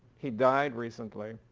he died recently